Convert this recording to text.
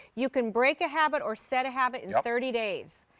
you can break a habit or set a habit in thirty days.